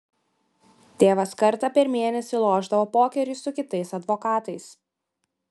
tėvas kartą per mėnesį lošdavo pokerį su kitais advokatais